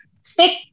stick